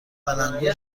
تلنگور